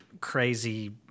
crazy